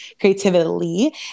creativity